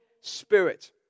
Spirit